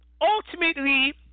ultimately